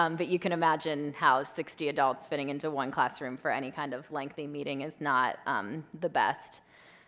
um but you can imagine how sixty adults fitting into one classroom for any kind of lengthy meeting is not um the best.